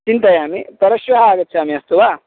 चिन्तयामि परश्वः आगच्छामि अस्तु वा